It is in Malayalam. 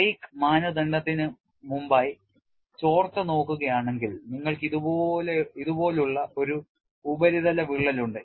ബ്രേക്ക് മാനദണ്ഡത്തിന് മുമ്പായി ചോർച്ച നോക്കുകയാണെങ്കിൽ നിങ്ങൾക്ക് ഇതുപോലുള്ള ഒരു ഉപരിതല വിള്ളൽ ഉണ്ട്